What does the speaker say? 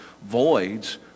voids